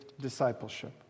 discipleship